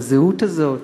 שהזהות הזאת,